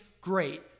great